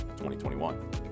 2021